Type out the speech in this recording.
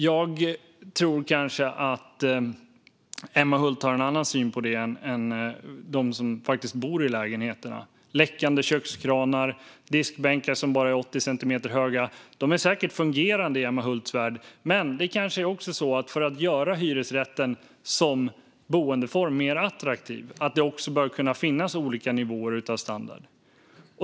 Jag tror kanske att Emma Hult har en annan syn på det än de som faktiskt bor i lägenheterna. Läckande kökskranar och diskbänkar som bara är 80 cm höga är säkert fungerande i Emma Hults värld, men för att göra hyresrätten som boendeform mer attraktiv kanske det också behöver finnas olika nivåer av standard.